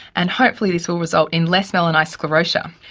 and hopefully this will result in less melanised sclerotia,